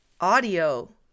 audio